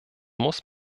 muss